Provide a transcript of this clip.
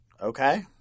Okay